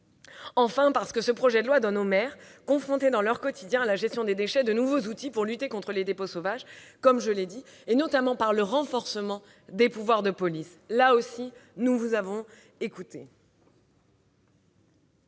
Enfin, ce projet de loi donne aux maires, qui sont confrontés dans leur quotidien à la gestion des déchets, de nouveaux outils pour lutter contre les dépôts sauvages, notamment par le biais du renforcement de leurs pouvoirs de police. Là aussi, nous vous avons écoutés.